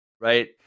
right